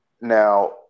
Now